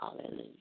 Hallelujah